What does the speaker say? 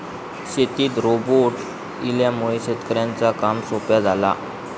शेतीत रोबोट इल्यामुळे शेतकऱ्यांचा काम सोप्या झाला